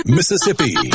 Mississippi